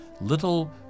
little